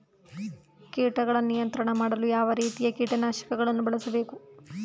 ಕೀಟಗಳ ನಿಯಂತ್ರಣ ಮಾಡಲು ಯಾವ ರೀತಿಯ ಕೀಟನಾಶಕಗಳನ್ನು ಬಳಸಬೇಕು?